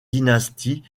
dynastie